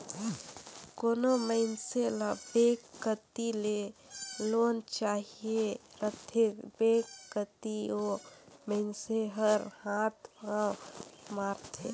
कोनो मइनसे ल बेंक कती ले लोन चाहिए रहथे बेंक कती ओ मइनसे हर हाथ पांव मारथे